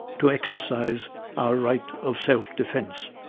to exercise our right of self-defense.